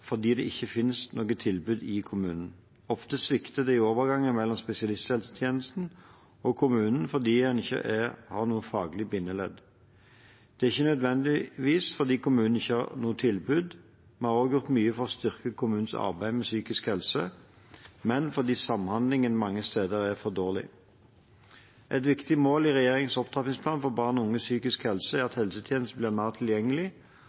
fordi det ikke finnes noe tilbud i kommunen. Ofte svikter det i overgangen mellom spesialisthelsetjenesten og kommunen fordi det ikke er noe faglig bindeledd. Det er ikke nødvendigvis fordi kommunene ikke har noe tilbud – vi har gjort mye for å styrke kommunenes arbeid med psykisk helse – men fordi samhandlingen mange steder er for dårlig. Et viktig mål i regjeringens opptrappingsplan for barn og unges psykiske helse er at helsetjenesten må bli mer tilgjengelig,